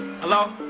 Hello